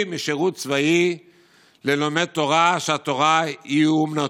משירות צבאי ללומד תורה שהתורה היא אומנותו.